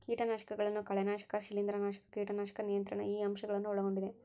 ಕೇಟನಾಶಕಗಳನ್ನು ಕಳೆನಾಶಕ ಶಿಲೇಂಧ್ರನಾಶಕ ಕೇಟನಾಶಕ ನಿಯಂತ್ರಣ ಈ ಅಂಶ ಗಳನ್ನು ಒಳಗೊಂಡಿದೆ